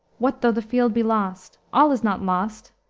what though the field be lost? all is not lost,